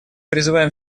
призываем